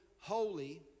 holy